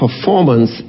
Performance